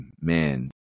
man